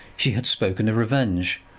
she had spoken of revenge.